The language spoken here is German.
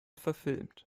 verfilmt